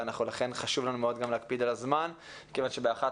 ולכן חשוב לנו להקפיד על הזמן כיוון שבאחת